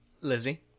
Lizzie